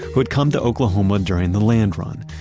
who had come to oklahoma during the land run.